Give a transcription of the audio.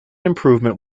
improvement